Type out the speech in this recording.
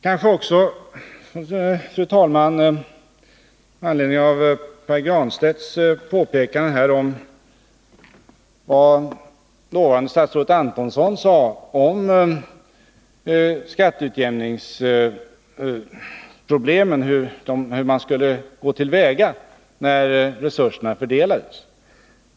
Fru talman! Pär Granstedt talade om hur dåvarande statsrådet Antonsson ansåg att man borde gå till väga när resurserna fördelades.